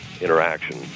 interaction